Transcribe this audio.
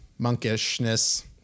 monkishness